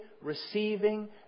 receiving